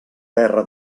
terra